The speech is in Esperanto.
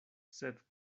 sed